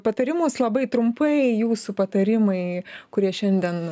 patarimus labai trumpai jūsų patarimai kurie šiandien